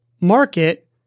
market